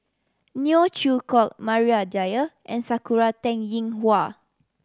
Neo Chwee Kok Maria Dyer and Sakura Teng Ying Hua